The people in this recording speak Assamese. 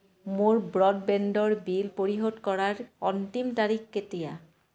মোৰ ব্ৰডবেণ্ডৰ বিল পৰিশোধ কৰাৰ অন্তিম তাৰিখ কেতিয়া